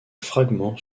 fragment